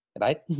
right